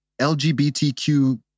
LGBTQ